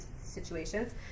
situations